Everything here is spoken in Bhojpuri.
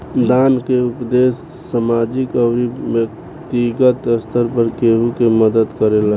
दान के उपदेस सामाजिक अउरी बैक्तिगत स्तर पर केहु के मदद करेला